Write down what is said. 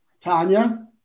Tanya